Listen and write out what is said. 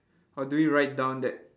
or do you write down that